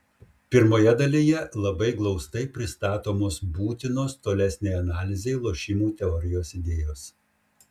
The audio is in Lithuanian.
pirmoje dalyje labai glaustai pristatomos būtinos tolesnei analizei lošimų teorijos idėjos